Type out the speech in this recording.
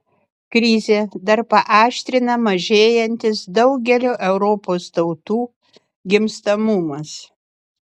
krizę dar paaštrina mažėjantis daugelio europos tautų gimstamumas